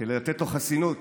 כדי לתת לו חסינות,